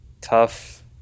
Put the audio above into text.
tough